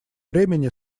времени